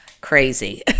crazy